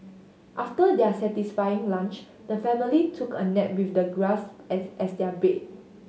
after their satisfying lunch the family took a nap with the grass as as their bed